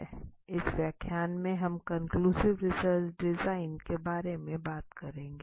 इस व्याख्यान में हम कन्क्लूसिव रिसर्च डिज़ाइन के बारे में बात करेंगे